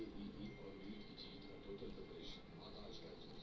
ब्याज दर जोखिम निवेश क नुकसान क संभावना हौ